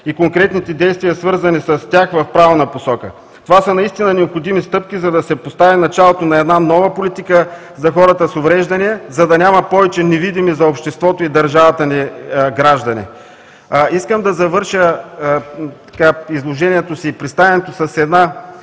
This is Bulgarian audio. и конкретните действия, свързани с тях, в правилна посока. Това са наистина необходими стъпки, за да се постави началото на една нова политика за хората с увреждания, за да няма повече невидими за обществото и държавата граждани. Искам да завърша изложението и представянето си с една